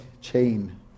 chain